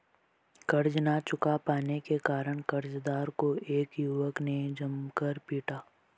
कर्ज ना चुका पाने के कारण, कर्जदार को एक युवक ने जमकर पीटा